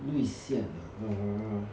绿线 ah err